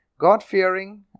God-fearing